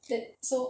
then so